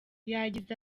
yagize